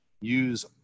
use